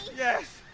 yes.